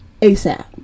asap